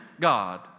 God